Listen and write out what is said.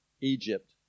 Egypt